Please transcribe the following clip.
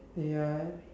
ya